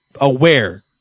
aware